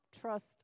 trust